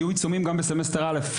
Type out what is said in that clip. היו עיצומים גם בסמסטר א',